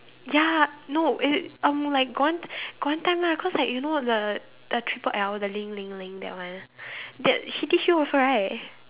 ya no it uh like got one got one time lah cause like you know the the triple L the Ling Ling Ling that one that she teach you also right